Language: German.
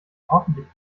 hoffentlich